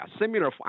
similar